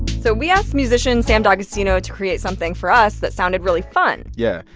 so we asked musician sam d'agostino to create something for us that sounded really fun yeah.